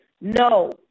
no